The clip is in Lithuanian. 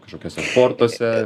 kažkokiuose fortuose